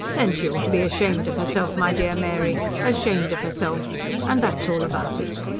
then she ought to be ashamed of herself, my dear mary ashamed of herself and that's all about it!